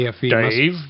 Dave